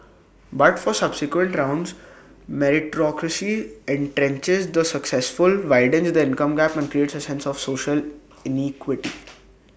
but for subsequent rounds meritocracy entrenches the successful widens the income gap and creates A sense of social inequity